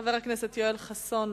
חבר הכנסת יואל חסון,